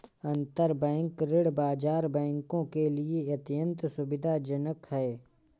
अंतरबैंक ऋण बाजार बैंकों के लिए अत्यंत सुविधाजनक है